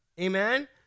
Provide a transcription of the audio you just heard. Amen